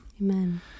Amen